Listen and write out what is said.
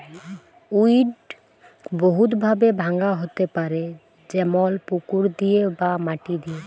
weed বহুত ভাবে ভাঙা হ্যতে পারে যেমল পুকুর দিয়ে বা মাটি দিয়ে